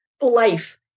life